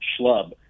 schlub